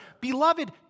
beloved